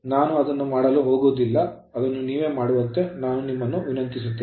ನಾನು ಅದನ್ನು ಮಾಡಲು ಹೋಗುವುದಿಲ್ಲ ಅದನ್ನು ನೀವೇ ಮಾಡುವಂತೆ ನಾನು ನಿಮ್ಮನ್ನು ವಿನಂತಿಸುತ್ತೇನೆ